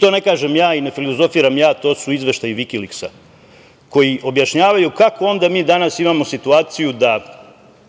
To ne kažem ja i ne filozofiram ja, to su izveštaji Vikiliksa, koji objašnjavaju kako onda mi danas imamo situaciju da